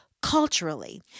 culturally